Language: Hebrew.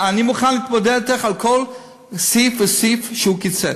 אני מוכן להתמודד אתך על כל סעיף וסעיף שהוא קיצץ.